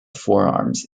forearms